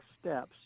steps